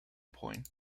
point